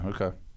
okay